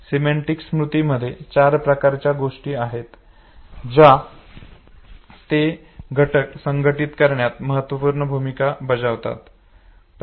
semantic स्मृती मध्ये चार महत्त्वाच्या गोष्टी आहेत ज्या ते घटक संघटीत करण्यात महत्त्वपूर्ण भूमिका बजावतात